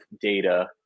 data